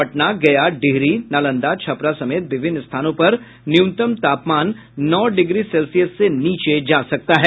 पटना गया डिहरी नालंदा छपरा समेत विभिन्न स्थानों पर न्यूनतम तापमान नौ डिग्री सेल्सियस से नीचे जा सकता है